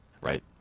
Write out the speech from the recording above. Right